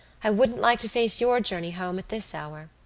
i wouldn't like to face your journey home at this hour.